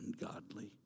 ungodly